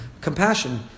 compassion